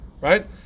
right